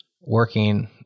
working